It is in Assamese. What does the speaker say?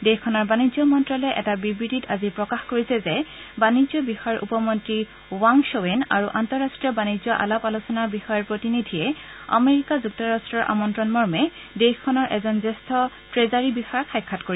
দেশখনৰ বাণিজ্য মন্ত্ৰালয়ে এটা বিবৃতিত আজি প্ৰকাশ কৰিছে যে বাণিজ্য বিষয়ৰ উপ মন্ত্ৰী ৱাং খ'ৱেন আৰু আন্তঃৰাষ্ট্ৰীয় বাণিজ্য আলাপ আলোচনা বিষয়ৰ প্ৰতিনিধিয়ে আমেৰিকা যুক্তৰাট্টৰ আমন্ত্ৰণ মৰ্মে দেশখনৰ এজন জ্যেষ্ঠ কোষাগাৰ বিষয়াক সাক্ষাৎ কৰিব